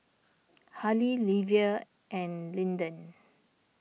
Hali Livia and Lyndon